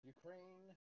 Ukraine